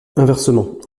inversement